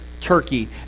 turkey